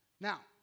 Now